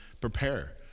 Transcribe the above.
prepare